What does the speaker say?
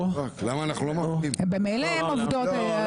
ממילא הן עובדות.